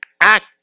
act